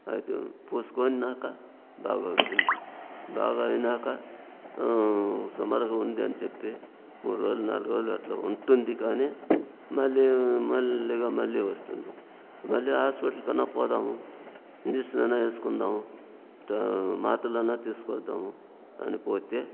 అయితే పూసుకున్నాక బాగు అవుతుంది బాగా అయినాక సుమారుగా ఉంది అని చెప్పి మూడు రోజులు నాలుగు రోజులు అట్లా ఉంటుంది కానీ మళ్ళీ మెల్లగా మళ్లీ వస్తుంది మళ్లీ హాస్పిటల్ కన్నా పోదాము ఇంజక్షన్ అన్న వేసుకుందాము ఇట్టా మాత్రలు అన్న తీసుకొద్దాము అని పోతే